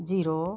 zero